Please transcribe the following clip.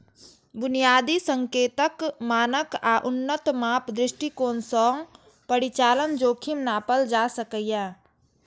बुनियादी संकेतक, मानक आ उन्नत माप दृष्टिकोण सं परिचालन जोखिम नापल जा सकैए